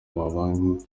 mabanki